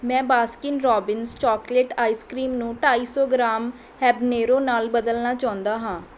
ਮੈਂ Baskin Robbins chocolate ice cream ਨੂੰ ਢਾਈ ਸੌ ਗ੍ਰਾਮ ਹੈਬਨੇਰੋ ਨਾਲ ਬਦਲਣਾ ਚਾਹੁੰਦਾ ਹਾਂ